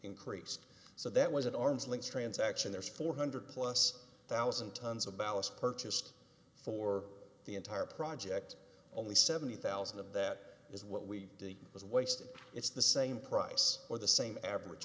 increased so that was an arm's length transaction there's four hundred plus thousand tons of ballast purchased for the entire project only seventy thousand of that is what we did was wasted it's the same price or the same a